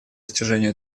достижению